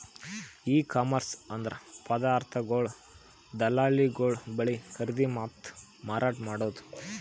E commerce ಅಂದ್ರ ಪದಾರ್ಥಗೊಳ್ ದಳ್ಳಾಳಿಗೊಳ್ ಬಲ್ಲಿ ಖರೀದಿ ಮತ್ತ್ ಮಾರಾಟ್ ಮಾಡದು